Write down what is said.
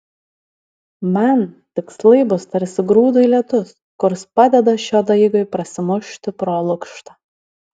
man tikslai bus tarsi grūdui lietus kurs padeda šio daigui prasimušti pro lukštą